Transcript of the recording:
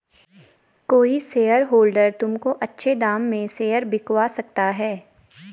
कोई शेयरहोल्डर तुमको अच्छे दाम में शेयर बिकवा सकता है